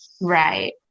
Right